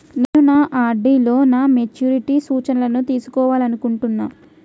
నేను నా ఆర్.డి లో నా మెచ్యూరిటీ సూచనలను తెలుసుకోవాలనుకుంటున్నా